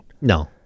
No